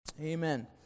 Amen